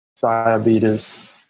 diabetes